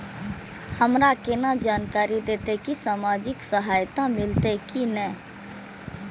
हमरा केना जानकारी देते की सामाजिक सहायता मिलते की ने?